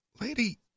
lady